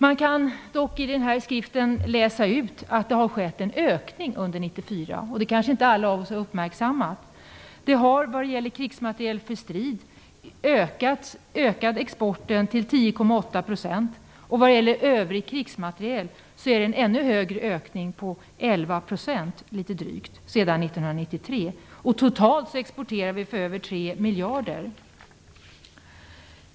Av årets skrivelse kan man dock utläsa att det har skett en ökning under 1994. Det kanske inte alla har uppmärksammat. När det gäller krigsmateriel för strid har exporten sedan 1993 ökat till 10,8 %, och när det gäller övrig krigsmateriel är ökningen ännu större - drygt 11 %. Totalt exporterar vi för över 3 miljarder.